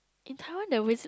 in Taiwan there was